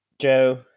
Joe